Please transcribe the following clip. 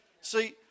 See